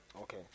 Okay